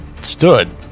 stood